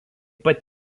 pat